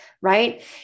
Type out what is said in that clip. right